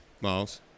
Miles